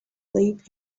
leave